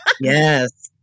Yes